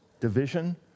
division